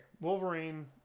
Wolverine